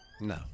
no